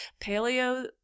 paleo